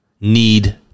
need